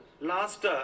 Last